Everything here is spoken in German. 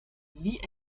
wie